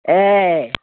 ए